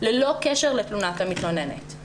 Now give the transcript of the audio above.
ללא קשר לתלונת המתלוננת.